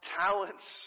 talents